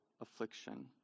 affliction